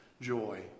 joy